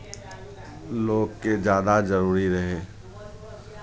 लोकके जादा जरूरी रहै